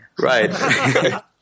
Right